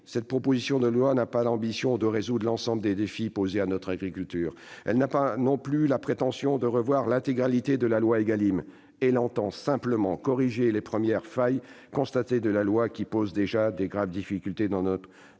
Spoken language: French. cette proposition de loi n'a pas l'ambition de résoudre l'ensemble des défis posés à notre agriculture. Elle n'a pas non plus la prétention de revoir l'intégralité de la loi Égalim. Elle entend simplement en corriger les premières failles, car ces dernières posent déjà de graves difficultés dans nos